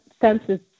senses